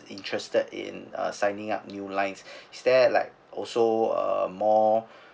interested in uh signing up new lines is there like also uh more